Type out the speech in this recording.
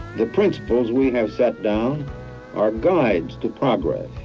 the principles we have set down are guides to progress.